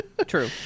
True